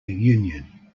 union